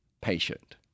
patient